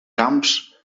camps